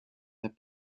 that